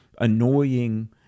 annoying